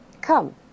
Come